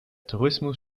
tourismus